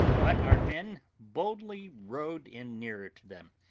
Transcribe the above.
but our men boldly rowed in nearer to them,